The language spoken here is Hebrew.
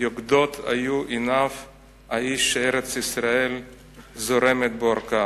יוקדות היו עיניו,/ האיש שארץ-ישראל זורמת בעורקיו".